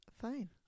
Fine